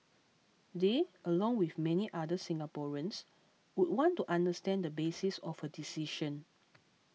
they along with many other Singaporeans would want to understand the basis of her decision